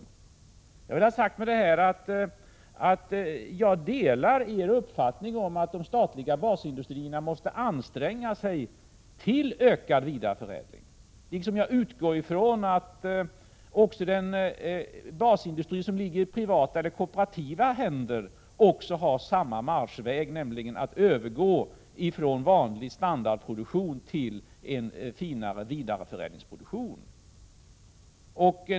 Det jag vill ha sagt med detta är att jag delar er uppfattning att de statliga basindustrierna måste anstränga sig till ökad vidareförädling, liksom jag utgår från att också den basindustri som ligger i privata eller kooperativa händer har samma marschväg, nämligen att övergå från vanlig standardproduktion till en finare vidareförädlingsproduktion.